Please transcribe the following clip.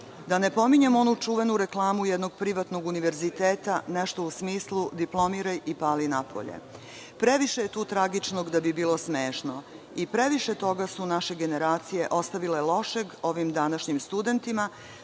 ne pominjem onu čuvenu reklamu onog privatnog univerziteta, nešto u smislu – diplomiraj i pali napolje. Previše je tu tragičnog da bi bilo smešto i previše toga su naše generacije ostavile lošeg ovim današnjim studentima,